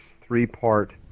three-part